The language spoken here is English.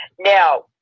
Now